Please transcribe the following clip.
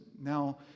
now